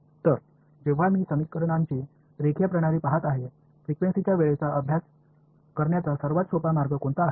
तर जेव्हा मी समीकरणांची रेखीय प्रणाली पहात आहे फ्रिक्वेन्सीच्या वेळेचा अभ्यास करण्याचा सर्वात सोपा मार्ग कोणता आहे